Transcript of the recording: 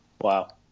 Wow